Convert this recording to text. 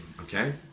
Okay